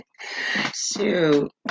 Shoot